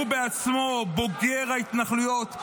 הוא בעצמו בוגר ההתנחלויות.